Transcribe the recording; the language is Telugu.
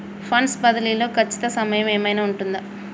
ఫండ్స్ బదిలీ లో ఖచ్చిత సమయం ఏమైనా ఉంటుందా?